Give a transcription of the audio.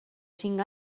cinc